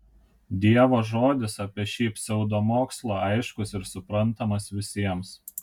dievo žodis apie šį pseudomokslą aiškus ir suprantamas visiems